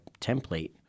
template